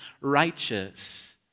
righteous